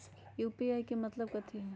UPI के मतलब कथी होई?